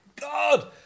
God